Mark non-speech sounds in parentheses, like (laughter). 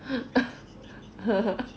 (laughs)